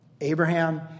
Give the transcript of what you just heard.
Abraham